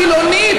החילונית,